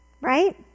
Right